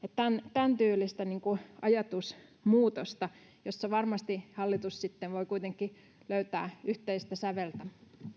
tämäntyylistä ajatusmuutosta jossa varmasti hallitus sitten voi kuitenkin löytää yhteistä säveltä